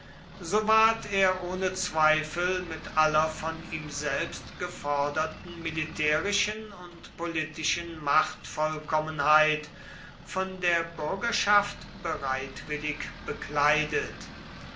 so ward er ohne zweifel mit aller von ihm selbst geforderten militärischen und politischen machtvollkommenheit von der bürgerschaft bereitwillig bekleidet